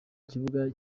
kibuga